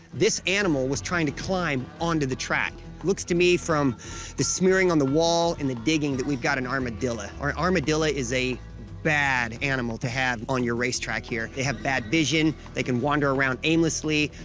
this animal was trying to climb onto the track. looks to me from the smearing on the wall and the digging that we've got an armadillo. an armadillo is a bad animal to have on your racetrack here. they have bad vision. they can wander around aimlessly.